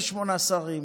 תשימו 38 שרים,